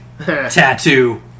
tattoo